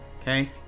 Okay